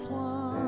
one